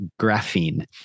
graphene